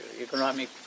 economic